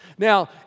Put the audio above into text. Now